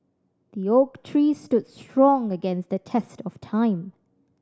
the oak tree stood strong against the test of time